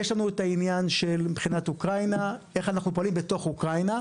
יש לנו את העניין של איך אנחנו פועלים בתוך אוקראינה.